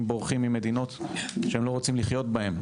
בורחים ממדינות שהם לא רוצים לחיות בהן.